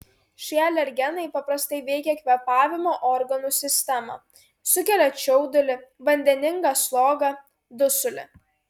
šie alergenai paprastai veikia kvėpavimo organų sistemą sukelia čiaudulį vandeningą slogą dusulį